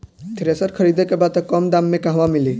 Thresher खरीदे के बा कम दाम में कहवा मिली?